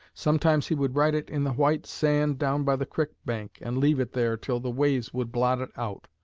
sometimes he would write it in the white sand down by the crick bank and leave it there till the waves would blot it out.